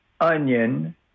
onion